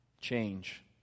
change